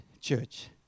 church